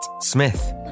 Smith